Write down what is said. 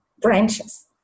branches